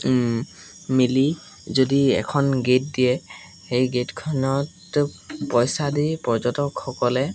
মিলি যদি এখন গেট দিয়ে সেই গেটখনত পইচা দি পৰ্যটকসকলে